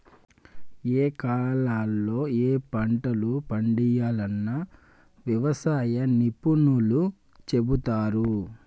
ఏయే కాలాల్లో ఏయే పంటలు పండియ్యాల్నో వ్యవసాయ నిపుణులు చెపుతారు